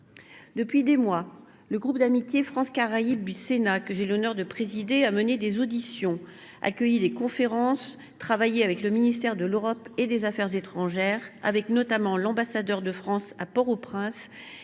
Depuis des mois, le groupe d’amitié France Caraïbes du Sénat, que j’ai l’honneur de présider, a mené des auditions, accueilli des conférences, travaillé avec le ministère de l’Europe et des affaires étrangères, avec l’ambassadeur de France à Port au Prince